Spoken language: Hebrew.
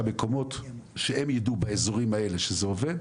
מקומות שהם ידעו באזורים האלה שזה עובד,